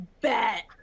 bet